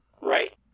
Right